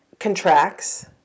Contracts